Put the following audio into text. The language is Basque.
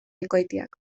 bikoitiak